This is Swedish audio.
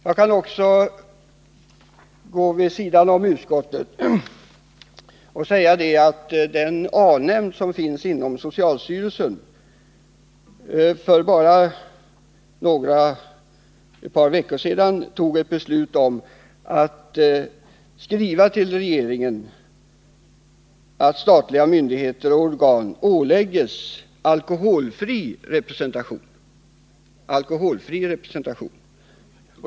Den A-nämnd som finns inom socialstyrelsen och i vilken ingår representanter för de mest framträdande folkrörelserna i vårt land beslöt för bara ett par veckor sedan att skriva till regeringen och begära att statliga myndigheter och organ åläggs alkoholfri representation.